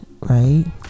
right